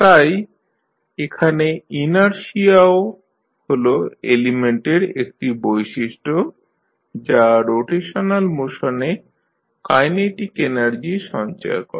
তাই এখানে ইনারশিয়া ও হল এলিমেন্টের একটি বৈশিষ্ট্য যা রোটেশনাল মোশনে কাইনেটিক এনার্জি সঞ্চয় করে